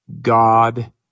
God